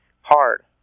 hard